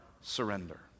surrender